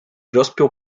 rozpiął